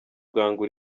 bwangu